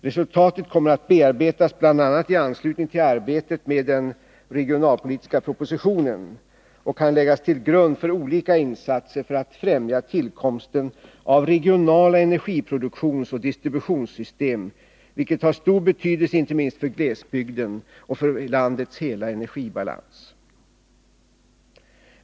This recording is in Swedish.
Resultaten kommer att bearbetas bl.a. i anslutning till arbetet med den regionalpolitiska propositionen och kan läggas till grund för olika insatser för att främja tillkomsten av regionala energiproduktionsoch distributionssystem, vilket har stor betydelse inte minst för glesbygden men också för landets totala energibalans.